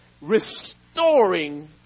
restoring